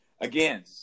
Again